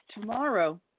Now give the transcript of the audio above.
tomorrow